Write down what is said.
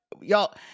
Y'all